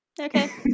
Okay